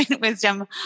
wisdom